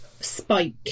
spike